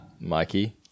Mikey